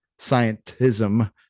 scientism